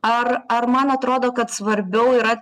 ar ar man atrodo kad svarbiau yra